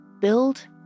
build